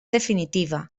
definitiva